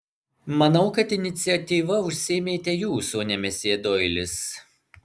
manau kad iniciatyva užsiėmėte jūs o ne mesjė doilis